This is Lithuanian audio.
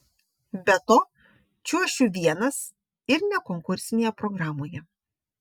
be to čiuošiu vienas ir ne konkursinėje programoje